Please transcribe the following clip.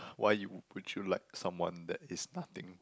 why you would you like someone that is nothing